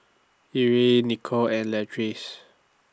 Erie Nicole and Leatrice